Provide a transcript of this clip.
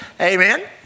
Amen